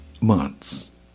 months